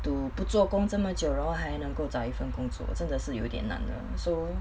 to 都不做工这么久然后还能够找一份工作真的是有一点难了 so